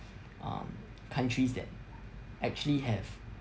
um countries that actually have